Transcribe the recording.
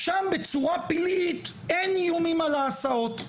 שם בצורה פלאית אין איומים על ההסעות.